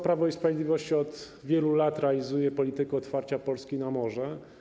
Prawo i Sprawiedliwość od wielu lat realizuje politykę otwarcia Polski na morze.